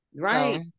Right